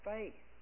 Faith